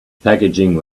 packaging